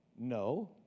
No